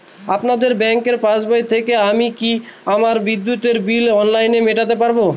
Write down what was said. আপনাদের ব্যঙ্কের পাসবই থেকে আমি কি আমার বিদ্যুতের বিল অনলাইনে মেটাতে পারবো?